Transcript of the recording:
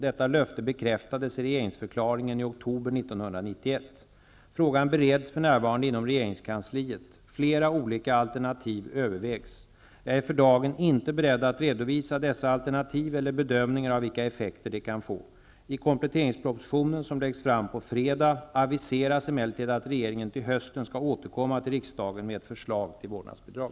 Detta löfte bekräftades i regeringsförklaringen i oktober 1991. Frågan bereds för närvarande inom regeringskansliet. Flera olika alternativ övervägs. Jag är för dagen inte beredd att redovisa dessa alternativ eller bedömningar av vilka effekter de kan få. I kompletteringspropositionen, som läggs fram på fredag, aviseras emellertid att regeringen till hösten skall återkomma till riksdagen med ett förslag till vårdnadsbidrag.